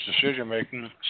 decision-making